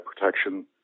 protection